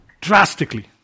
Drastically